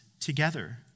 together